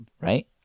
right